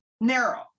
narrow